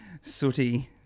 sooty